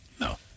No